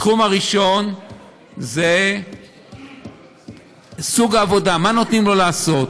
התחום הראשון זה סוג העבודה, מה נותנים לו לעשות.